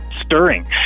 stirring